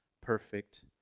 perfect